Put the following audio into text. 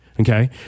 Okay